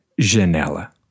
janela